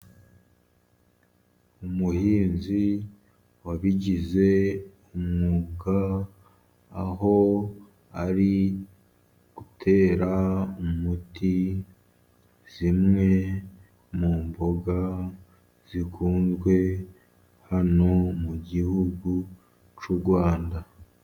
Umuhinzi wabigize umwuga, aho ari gutera umuti zimwe mu mboga zikunzwe hano mu Gihugu cy'u Rwanda.